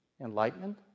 enlightenment